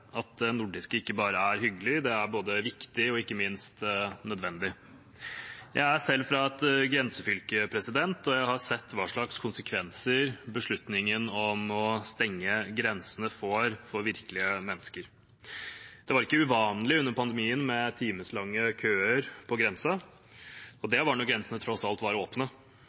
at det nordiske ikke bare er hyggelig – det er både viktig og ikke minst nødvendig. Jeg er selv fra et grensefylke, og jeg har sett hva slags konsekvenser beslutningen om å stenge grensene får for virkelige mennesker. Det var ikke uvanlig under pandemien med timelange køer på grensen, og det var da grensene tross alt var åpne